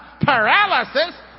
Paralysis